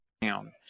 down